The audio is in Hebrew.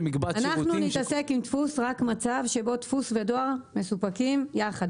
אנחנו נתעסק עם דפוס רק במצב שבו דפוס ודואר מסופקים יחד.